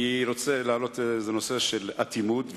אני רוצה להעלות נושא של אטימות,